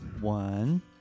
One